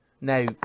now